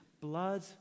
Blood